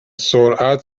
سرعت